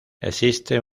existe